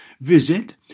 Visit